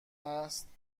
هست